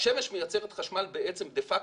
השמש מייצרת חשמל דה פקטו,